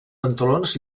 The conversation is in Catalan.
pantalons